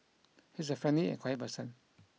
he is a friendly and quiet person